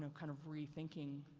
kind of rethinking,